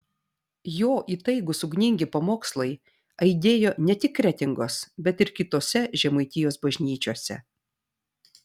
jo įtaigūs ugningi pamokslai aidėjo ne tik kretingos bet ir kitose žemaitijos bažnyčiose